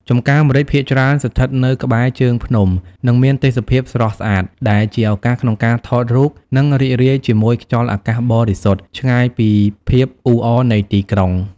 ចម្ការម្រេចភាគច្រើនស្ថិតនៅក្បែរជើងភ្នំ និងមានទេសភាពស្រស់ស្អាត ដែលជាឱកាសក្នុងការថតរូប និងរីករាយជាមួយខ្យល់អាកាសបរិសុទ្ធ ឆ្ងាយពីភាពអ៊ូអរនៃទីក្រុង ។